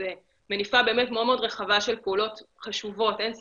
זו מניפה מאוד רחבה של פעולות חשובות, אין ספק.